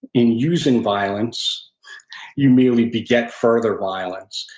in using violence you merely beget further violence.